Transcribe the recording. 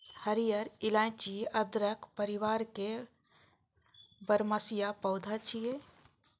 हरियर इलाइची अदरक परिवार के बरमसिया पौधा छियै